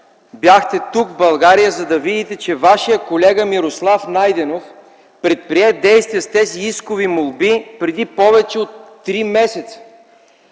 бяхте в България, за да видите, че вашият колега Мирослав Найденов предприе действия с тези искови молби преди повече от 3 месеца.